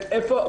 את איפה,